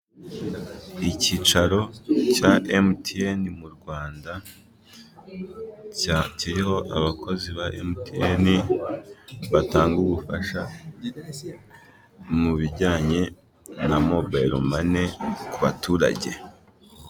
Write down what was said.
Ikicaro cya emutiyene mu rwanda kiriho abakozi ba emutiyene, batanda ubufasha mu bijyanye na mobayiro mani.